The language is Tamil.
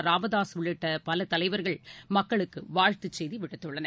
ராமதாசு உள்ளிட்ட தலைவர்கள் பலரும் மக்களுக்கு வாழ்த்துச் செய்தி விடுத்துள்ளனர்